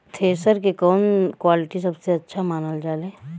Thresher के कवन quality सबसे अच्छा मानल जाले?